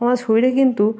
আমার শরীরে কিন্তু